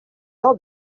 jag